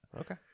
Okay